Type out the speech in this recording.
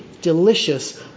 delicious